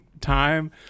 time